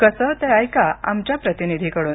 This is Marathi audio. कसं ते ऐका आमच्या प्रतिनिधी कडून